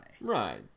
Right